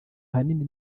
ahanini